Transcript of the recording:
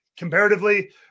Comparatively